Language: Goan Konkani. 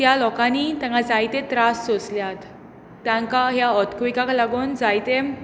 त्या लोकांनी थंय जायते त्रास सोंसल्यांत तांकां ह्या अर्तक्वेकाक लागून जायते